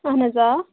اہَن حَظ آ